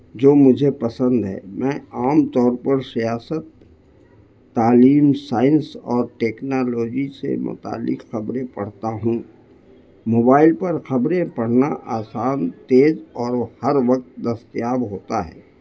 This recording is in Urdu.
جو مجھے پسند ہے میں عام طور پر سیاست تعلیم سائنس اور ٹیکنالوجی سے متعلق خبریں پڑھتا ہوں موبائل پر خبریں پڑھنا آسان تیز اور ہر وقت دستیاب ہوتا ہے